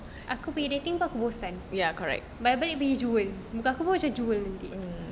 aku pergi dating pun aku bosan whatever it being jual muka aku pun macam jual nanti